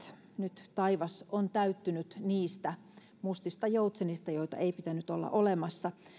nyt taivas on täyttynyt niistä kuuluisista mustista joutsenista joita ei pitänyt olla olemassa